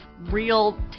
real